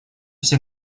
все